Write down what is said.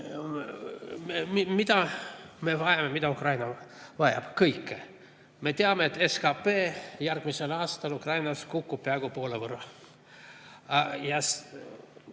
kasutatud. Mida Ukraina vajab? Kõike. Me teame, et SKP järgmisel aastal Ukrainas kukub peaaegu poole võrra.